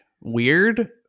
weird